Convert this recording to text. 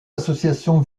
associations